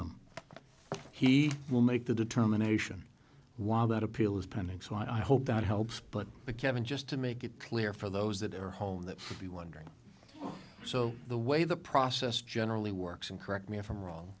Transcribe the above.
them he will make the determination while that appeal is pending so i hope that helps but the kevin just to make it clear for those that are home that be wondering so the way the process generally works and correct me if i'm wrong